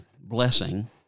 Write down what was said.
blessing